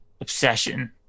obsession